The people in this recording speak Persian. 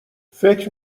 فکر